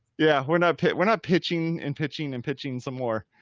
yeah we're not pitching, we're not pitching and pitching and pitching some more.